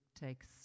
takes